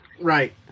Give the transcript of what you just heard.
Right